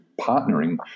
partnering